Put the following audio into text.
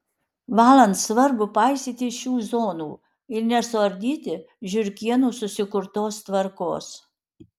valant svarbu paisyti šių zonų ir nesuardyti žiurkėnų susikurtos tvarkos